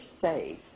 safe